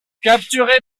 capturée